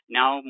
now